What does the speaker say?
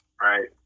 Right